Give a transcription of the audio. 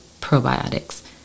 probiotics